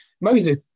Moses